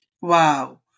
Wow